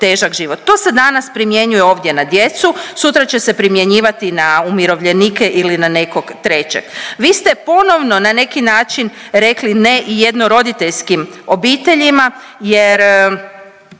To se danas primjenjuje ovdje na djecu, sutra će se primjenjivati na umirovljenike ili na nekog trećeg. Vi ste ponovno na neki način rekli ne i jednoroditeljskim obiteljima jer